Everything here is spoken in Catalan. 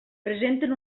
presenten